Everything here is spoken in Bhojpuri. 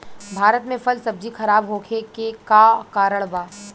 भारत में फल सब्जी खराब होखे के का कारण बा?